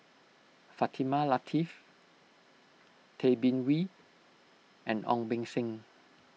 Fatimah Lateef Tay Bin Wee and Ong Beng Seng